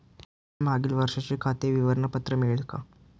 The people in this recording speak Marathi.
मला मागील वर्षाचे खाते विवरण पत्र मिळेल का?